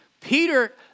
Peter